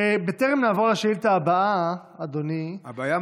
בטרם נעבור לשאילתה הבאה, אדוני,